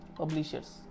publishers